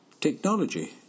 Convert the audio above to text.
Technology